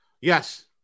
yes